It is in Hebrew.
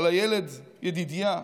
על הילד ידידיה.